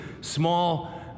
small